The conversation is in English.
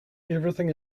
everything